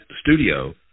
studio